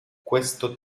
questo